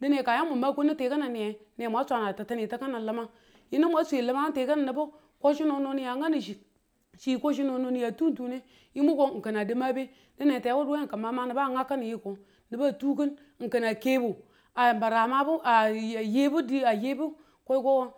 dine ka ya min ma kunnu n ti kini niye ne mwan swana titinitu kuni limangi yinu mwan swi limangu n ti kini nibu kasi no nii a ngani chi ko chi no no ni a tuun tune yi mu ko n a di mabe dino n tewuduwe man kin niba ngau kin n yiko niba tu kin n kin a kebu n a mabu a yebu di a yebu ki ye ko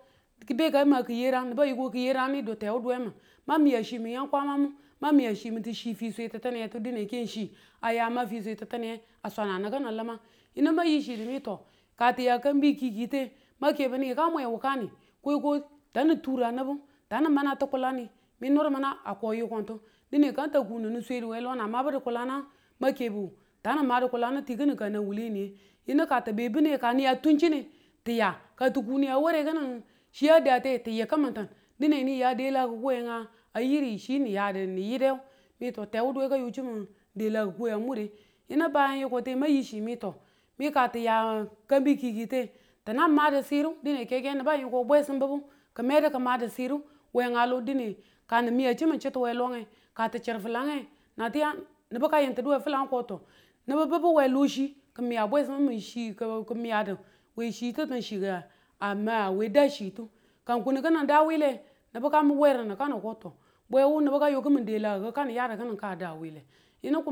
beka ma kiyerang nibu ko kiyerangu ni du tewuduwe min mang miya chi min yam kwamamu mang miyachi minti chi fwuswe titiniye ti diye ke n chi aya a ma fiswe titimiye a swanang i kini limang yinu mang yi chi mi to ka ti ya kambi kiikite mang kebu ni ka ne wukani e ko tani tura nibu ta ni min naba tikulange ni ni muru nama a ko yi kon tu dine kang ka ninu swedu we lo na mabu du kulang na ma kebu, ta nimadu kilange tikini kang ne wuleniye yini ka te bine ka niya tun chine niya, ka niya ware kining chi a da te tini ka mantan dine ni ya delaku kukuwenga a yiri chi ni yade ni yideng wu yi to tewuduwe chimun delaku ya mure yinu ban yi ko ti mang yichi mi mi ka tiya kanbi kiikite ti nan madu siru dine keke niba yiko bwesumbubu ki medu ki madu siru weng a lo dine ka nimin chitu we longe ka ti chir flange na tiyan nibu kang yintudu we flangu ko to nibubu we lo chi kang miya bwesimu ki chi ki miyadu we chitu nan chi ng a ma we da chitu ka ko kinin da wuyile nibu ka wernu nibu kano ko bwe wu nibu ka yo kimin dilakiku kanin yadu kini ka da wuyile yinu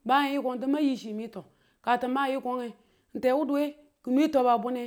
yikotu mang yi chi mi ka ti ma yiko n tewuduwe ki nwe twababune